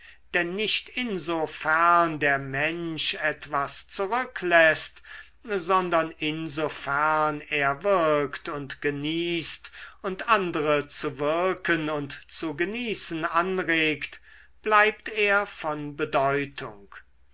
denn nicht insofern der mensch etwas zurückläßt sondern insofern er wirkt und genießt und andere zu wirken und zu genießen anregt bleibt er von bedeutung